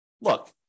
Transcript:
look